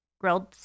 grilled